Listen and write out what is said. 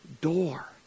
Door